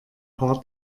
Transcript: paar